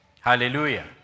Hallelujah